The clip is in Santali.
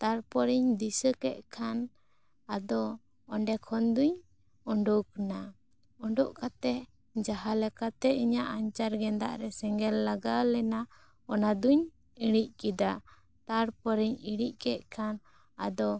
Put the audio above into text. ᱛᱟᱨᱯᱚᱨᱮᱧ ᱫᱤᱥᱟᱹ ᱠᱮᱫ ᱠᱷᱟᱱ ᱟᱫᱚ ᱚᱱᱰᱮ ᱠᱷᱚᱱ ᱫᱚᱹᱧ ᱚᱰᱩᱠ ᱮᱱᱟ ᱩᱰᱩᱠ ᱠᱟᱛᱮ ᱡᱟᱦᱟᱸ ᱞᱮᱠᱟ ᱛᱮ ᱤᱧᱟᱹᱜ ᱟᱸᱪᱟᱨ ᱜᱮᱸᱫᱟᱜ ᱨᱮ ᱥᱮᱸᱜᱮᱞ ᱞᱟᱜᱟᱣ ᱞᱮᱱᱟ ᱚᱱᱟ ᱫᱚᱹᱧ ᱤᱬᱤᱡ ᱠᱮᱫᱟ ᱛᱟᱨᱯᱚᱨᱮᱧ ᱤᱬᱤᱡ ᱠᱮᱫ ᱠᱷᱟᱱ ᱟᱫᱚ